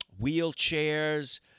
Wheelchairs